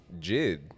Jid